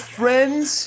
friends